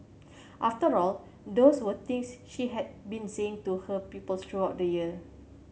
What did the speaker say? after all those were things she had been saying to her pupils throughout the year